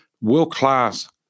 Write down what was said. world-class